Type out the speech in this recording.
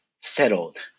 settled